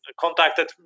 contacted